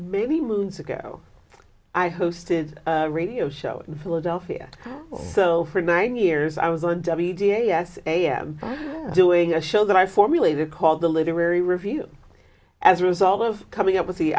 many moons ago i hosted a radio show in philadelphia so for nine years i was on d v d s am doing a show that i formulated called the literary review as a result of coming up with the